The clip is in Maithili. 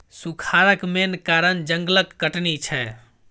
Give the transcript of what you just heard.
सुखारक मेन कारण जंगलक कटनी छै